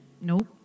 Nope